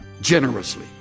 generously